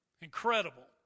Incredible